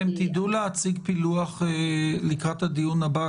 תדעו להציג לקראת הדיון הבא פילוח,